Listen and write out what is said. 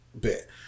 bit